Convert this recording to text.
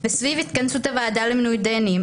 וסביב התכנסות הוועדה למינוי דיינים,